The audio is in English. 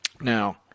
Now